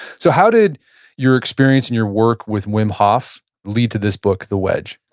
so, how did your experience in your work with wim hof lead to this book, the wedge?